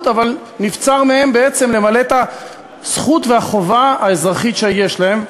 ונבצר מהם בעצם למלא את הזכות והחובה האזרחית שיש להם.